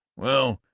well,